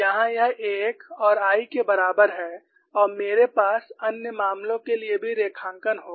यहाँ यह 1 और l के बराबर है और मेरे पास अन्य मामलों के लिए भी रेखांकन होगा